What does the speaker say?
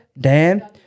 Dan